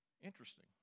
Interesting